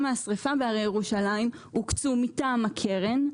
מן השרפה בהרי ירושלים הוקצו מטעם הקרן.